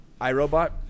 iRobot